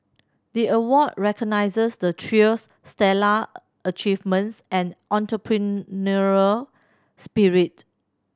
the award recognises the trio's stellar achievements and entrepreneurial spirit